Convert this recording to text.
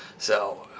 so,